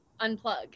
unplug